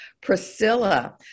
Priscilla